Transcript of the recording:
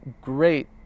great